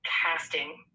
casting